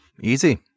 Easy